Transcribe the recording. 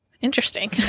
interesting